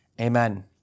Amen